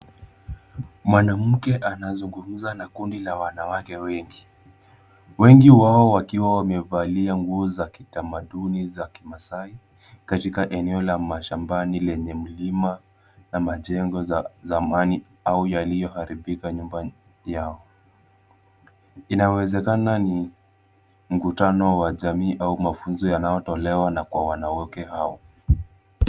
Mwanamke anazungumza na kundi la wanawake wengi, wengi wao wakiwa wamevalia nguo za kitamaduni za Kimasai, katika eneo la mashambani lenye mlima na majengo zamani au yaliyoharibika nyumbani yao. Inawezekana ni mkutano wa jamii au mafunzo yanayotolewa na kwa wanawake hao.